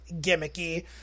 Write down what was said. gimmicky